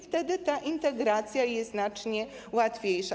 Wtedy ta integracja jest znacznie łatwiejsza.